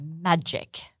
magic